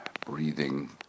breathing